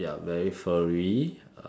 they are very furry